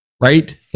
right